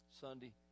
Sunday